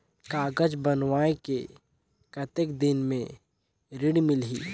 कागज बनवाय के कतेक दिन मे ऋण मिलही?